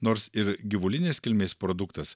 nors ir gyvulinės kilmės produktas